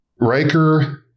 Riker